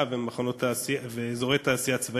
המרכזית באמוניה.